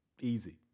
Easy